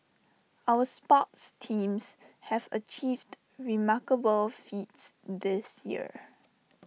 our sports teams have achieved remarkable feats this year